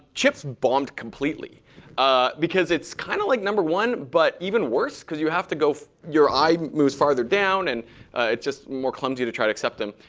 chips bombed completely ah because it's kind of like number one but even worse because you have to go your eye moves farther down. and it's just more clumsy to try to accept them.